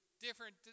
different